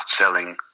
selling